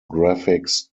graphics